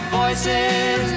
voices